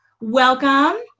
welcome